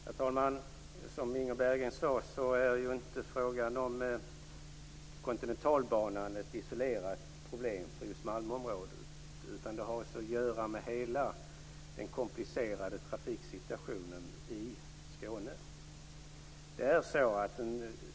Herr talman! Som Inga Berggren sade är inte frågan om Kontinentalbanan ett isolerat problem för just Malmöområdet, utan det har att göra med hela den komplicerade trafiksituationen i Skåne.